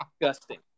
disgusting